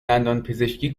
دندانپزشکی